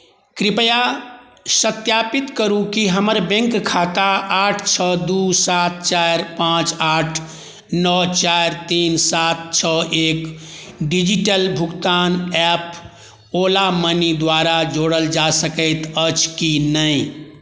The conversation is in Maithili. कृपया सत्यापित करु कि हमर बैंक खाता आठ छओ दू सात चारि पाँच आठ नओ चारि तीन सात छओ एक डिजिटल भुगतान ऐप ओला मनी द्वारा जोड़ल जा सकैत अछि की नहि